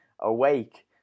awake